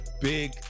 Big